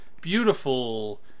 beautiful